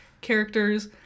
characters